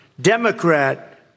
Democrat